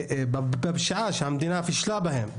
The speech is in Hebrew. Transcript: בפשיעה שהמדינה פישלה בהם,